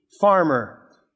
farmer